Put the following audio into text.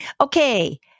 Okay